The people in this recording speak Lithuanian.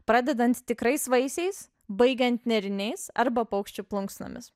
pradedant tikrais vaisiais baigiant nėriniais arba paukščių plunksnomis